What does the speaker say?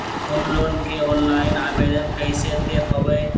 Home loan के online आवेदन कैसे दें पवई?